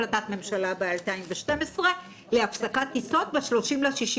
החלטת ממשלה ב-2012 להפסקת טיסות ב-30 ביוני